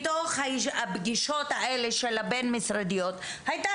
בתוך הפגישות בבין-משרדיות האלה הייתה